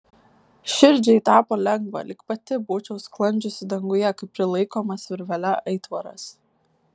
širdžiai tapo lengva lyg pati būčiau sklandžiusi danguje kaip prilaikomas virvele aitvaras